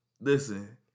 Listen